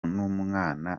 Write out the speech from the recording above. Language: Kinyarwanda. n’umwana